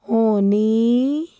ਹੋਣੀ